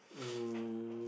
um